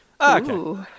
Okay